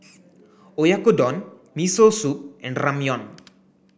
Oyakodon Miso Soup and Ramyeon